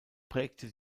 prägte